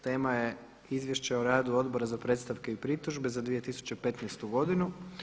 Tema je: - Izvješće o radu Odbora za predstavke i pritužbe za 2015. godinu.